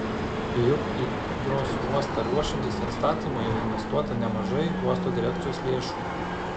juk į jos uostą ruošiantis atstatymui jau investuota nemažai uosto direkcijos lėšų